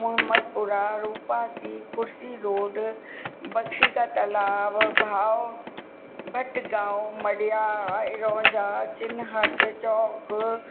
Mohammadpura Rupasi Kursi Road Bakshi ka Talab भाओ भट गांव मडियाल इरौजा चिनहट चौक